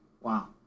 Wow